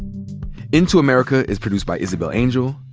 into america is produced by isabel angel,